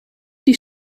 die